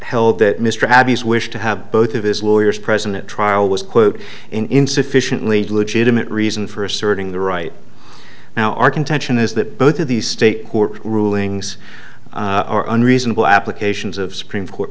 held that mr habeas wish to have both of his lawyers present at trial was quote insufficiently legitimate reason for asserting the right now our contention is that both of these state court rulings are unreasonable applications of supreme court